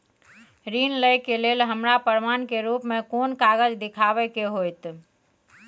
ऋण लय के लेल हमरा प्रमाण के रूप में कोन कागज़ दिखाबै के होतय?